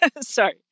sorry